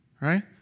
right